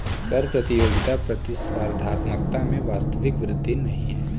कर प्रतियोगिता प्रतिस्पर्धात्मकता में वास्तविक वृद्धि नहीं है